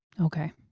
Okay